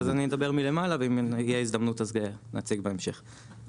אז אני אדבר מלמעלה ואם תהיה הזדמנות אז נציג בהמשך.